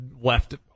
left